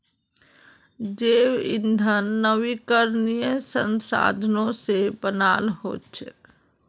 जैव ईंधन नवीकरणीय संसाधनों से बनाल हचेक